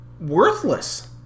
worthless